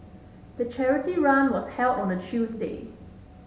the charity run was held on a Tuesday